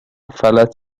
فلج